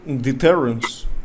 deterrence